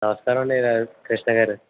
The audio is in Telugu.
నమస్కారం అండి కృష్ణ గారు